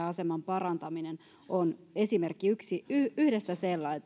aseman parantaminen on esimerkki yhdestä